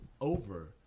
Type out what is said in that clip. over